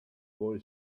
boy